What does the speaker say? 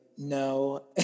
No